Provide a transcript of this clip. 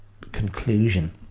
conclusion